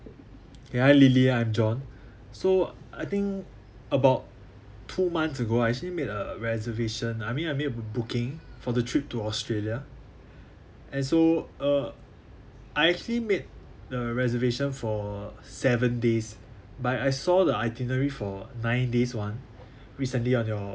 okay hi lily I'm john so I think about two months ago I actually made a reservation I mean I made a book~ booking for the trip to australia and so uh I actually made the reservation for seven days but I saw the itinerary for nine days [one] recently on your